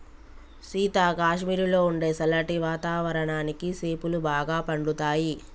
సీత కాశ్మీరులో ఉండే సల్లటి వాతావరణానికి సేపులు బాగా పండుతాయి